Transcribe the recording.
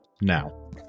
now